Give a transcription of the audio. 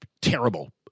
terrible